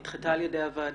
נדחתה על ידי הוועדה?